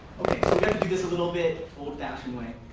okay. so we've got to do this a little bit old fashion way.